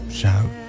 shout